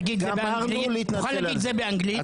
תוכל להגיד את זה באנגלית?